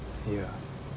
ya